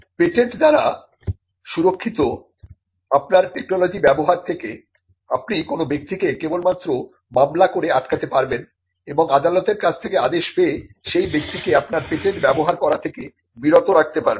patent স দ্বারা সুরক্ষিত আপনার টেকনোলজি ব্যবহার থেকে আপনি কোন ব্যক্তিকে কেবলমাত্র মামলা করে আটকাতে পারবেন এবং আদালতের কাছ থেকে আদেশ পেয়ে সেই ব্যক্তিকে আপনার পেটেন্ট ব্যবহার করা থেকে বিরত রাখতে পারবেন